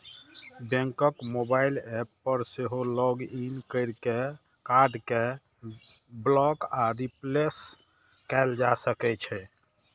बैंकक mobile app पर सेहो लॉग इन कैर के कार्ड कें ब्लॉक आ रिप्लेस कैल जा सकै छै